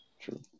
True